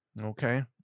Okay